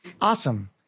Awesome